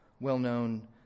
well-known